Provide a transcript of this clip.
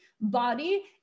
body